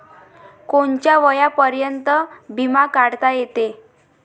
कोनच्या वयापर्यंत बिमा काढता येते?